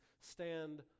stand